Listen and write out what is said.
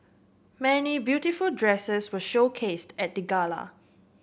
many beautiful dresses were showcased at the gala